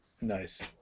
Nice